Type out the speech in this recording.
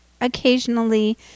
occasionally